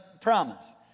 promise